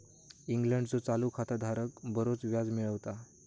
इंग्लंडचो चालू खाता धारक बरोच व्याज मिळवता